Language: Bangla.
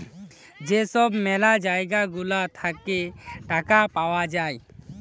যেই সব ম্যালা জায়গা গুলা থাকে টাকা পাওয়া যায়